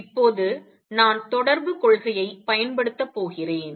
இப்போது நான் தொடர்புக் கொள்கையைப் பயன்படுத்தப் போகிறேன்